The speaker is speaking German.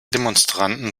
demonstranten